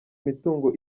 imitungo